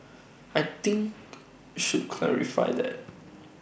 I think should clarify that